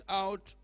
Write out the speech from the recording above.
out